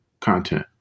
content